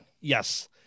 Yes